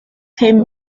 him